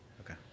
Okay